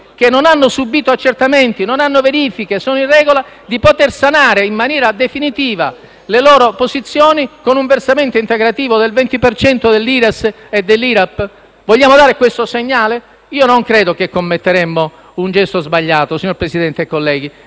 che non hanno subito accertamenti, che non hanno verifiche, che sono in regola, di poter sanare in maniera definitiva le loro posizioni con un versamento integrativo del 20 per cento dell'Ires e dell'IRAP? Vogliamo dare questo segnale? Io non credo che commetteremo un gesto sbagliato, signor Presidente e colleghi,